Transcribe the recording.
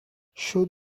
should